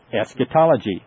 Eschatology